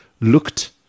looked